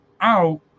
out